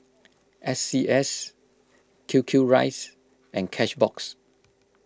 S C S Q Q rice and Cashbox